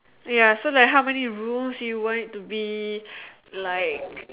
ya so like how many rooms you want it to be like